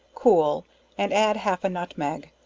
cool and add half a nutmeg,